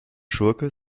schurke